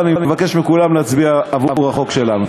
ואני מבקש מכולם להצביע עבור החוק שלנו.